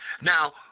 Now